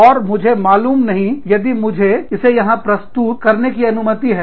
और मुझे मालूम नहीं है यदि मुझे इसे यहां प्रस्तुत करने की अनुमति है